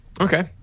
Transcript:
Okay